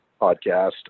podcast